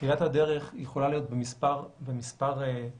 תחילת הדרך יכולה להיות במספר אפשרויות,